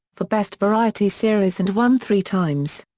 for best variety series and won three times.